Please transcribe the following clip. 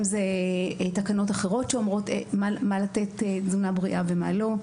אם זה תקנות אחרות שאומרות איזו תזונה בריאה לתת ואיזה לא.